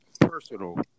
personal